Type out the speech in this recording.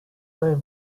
were